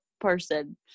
person